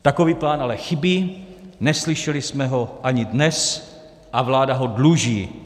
Takový plán ale chybí, neslyšeli jsme ho ani dnes a vláda ho dluží.